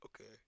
okay